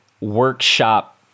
workshop